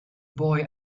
boy